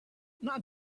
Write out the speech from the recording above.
not